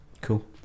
Cool